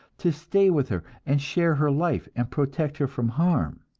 to stay with her and share her life and protect her from harm.